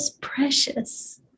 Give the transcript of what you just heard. precious